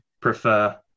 prefer